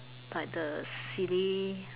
but the silly